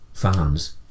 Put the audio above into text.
fans